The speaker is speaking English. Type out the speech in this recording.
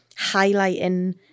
highlighting